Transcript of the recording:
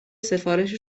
سفارش